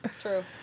True